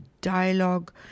dialogue